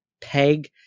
peg